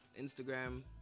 Instagram